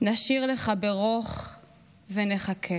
נשיר לך ברוך / ונחכה,